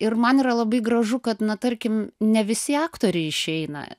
ir man yra labai gražu kad na tarkim ne visi aktoriai išeina